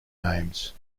names